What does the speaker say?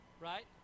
right